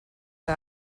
que